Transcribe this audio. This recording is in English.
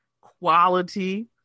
quality